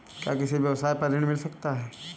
क्या किसी व्यवसाय पर ऋण मिल सकता है?